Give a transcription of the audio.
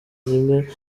rimwe